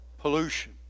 pollution